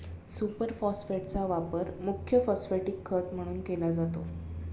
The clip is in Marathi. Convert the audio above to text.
सुपर फॉस्फेटचा वापर मुख्य फॉस्फॅटिक खत म्हणून केला जातो